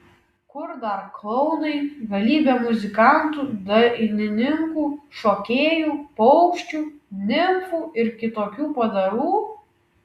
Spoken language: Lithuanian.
kur dar klounai galybė muzikantų dainininkų šokėjų paukščių nimfų ir kitokių padarų